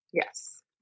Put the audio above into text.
yes